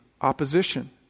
opposition